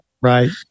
Right